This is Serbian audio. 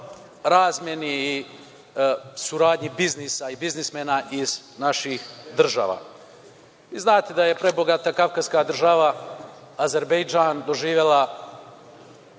razmeni i saradnji biznisa i biznismena iz naših država. Vi znate da je prebogata kavkaska država Azerbejdžan doživela